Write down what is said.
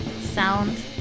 sound